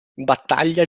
battaglia